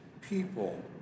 people